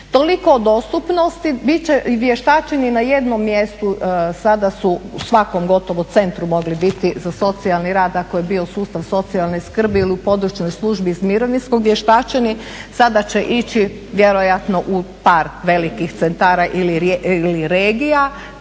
toliko o dostupnosti, bit će vještačeni na jednom mjestu sada su u svakom gotovo centru mogli biti za socijalni rad ako je bio sustav socijalne skrbi ili u područnoj službi iz mirovinskog vještačeni, sada će ići vjerojatno u par velikih centra ili regija,